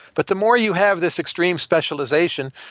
but the more you have this extreme specialization,